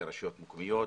רשויות מקומיות,